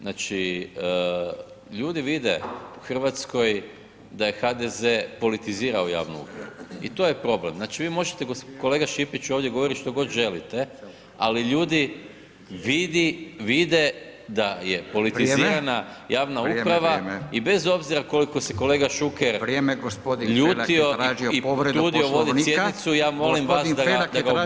Znači ljudi vide u Hrvatskoj da je HDZ politizirao javnu upravo i to je problem, znači vi možete kolega Šipić ovdje govorit što god želite ali ljudi vide da je politizirana javna uprava i bez obzira koliko se kolega Šuker ljutio i trudio vodit sjednicu, ja molim vas da ga obuzdate, hvala lijepa.